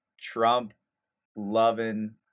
Trump-loving